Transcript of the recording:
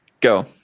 go